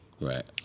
Right